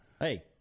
Hey